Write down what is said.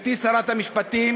יואל, גברתי שרת המשפטים,